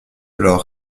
l’or